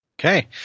Okay